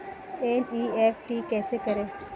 NEFT कैसे करें?